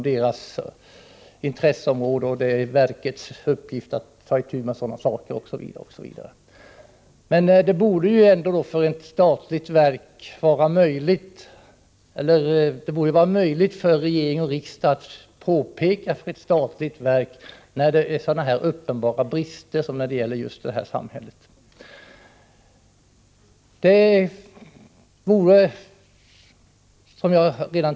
Det är, heter det, verkets uppgift att ta itu med sådana saker, osv. För regering och riksdag borde det emellertid vara möjligt att, då det föreligger uppenbara brister som beträffande just det här samhället, göra påpekanden för ett statligt verk.